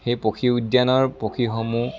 সেই পক্ষী উদ্যানৰ পক্ষীসমূহ